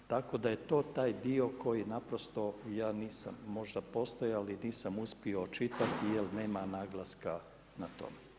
Tako da je to taj dio koji naprosto ja nisam možda postojali nisam uspio očitati jer nema naglaska na to.